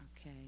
Okay